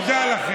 מה הוא אומר לי?